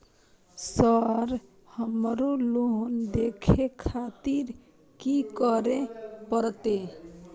Sir हमरो loan देखें खातिर की करें परतें?